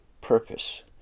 purpose